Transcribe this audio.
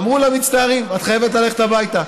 אמרו לה: מצטערים, את חייבת ללכת הביתה.